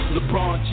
LeBron